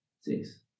six